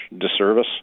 disservice